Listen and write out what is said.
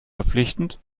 verpflichtend